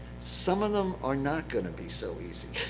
some of them are not going to be so easy.